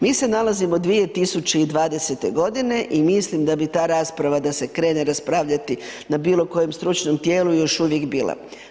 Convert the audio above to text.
Mi se nalazimo u 2020. godini i mislim da se bi ta rasprava da se krene raspravljati na bilo kojem stručnom tijelu još uvijek bila.